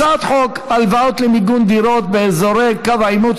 הצעת חוק הלוואות למיגון דירות באזורי קו העימות,